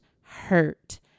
hurt